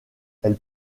elle